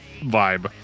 vibe